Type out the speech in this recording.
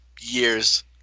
years